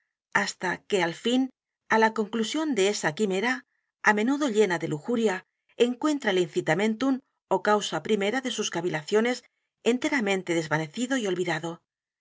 hasta que al fin á la conclusión de esa quimera á menudo llena de lujuria encuentra el incilamenlum ó causa primera de sus cavilaciones enteramente desvanecido y olvidado